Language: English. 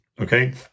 okay